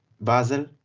Basel